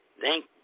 thank